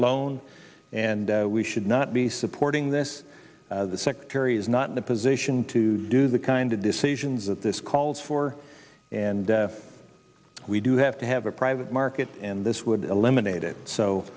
loan and we should not be supporting this the secretary is not in a position to do the kind of decisions that this calls for and we do have to have a private market and this would eliminate it so